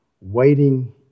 waiting